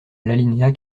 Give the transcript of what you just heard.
l’alinéa